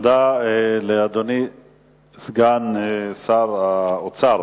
תודה לאדוני סגן שר האוצר.